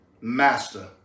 Master